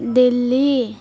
Delhi